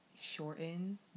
shorten